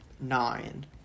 nine